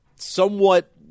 somewhat